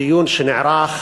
בדיון שנערך